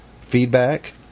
feedback